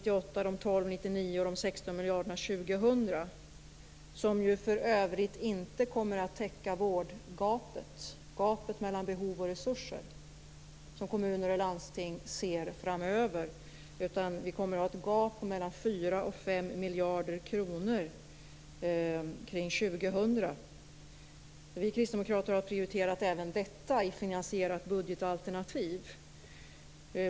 och de 16 miljarderna 2000 kommer ju för övrigt inte att täcka det vårdgap - det gap mellan behov och resurser - som kommuner och landsting ser framöver. Vi kommer att ha ett gap på mellan 4 och 5 miljarder kronor kring år 2000. Vi kristdemokrater har prioriterat även detta i ett finansierat budgetalternativ.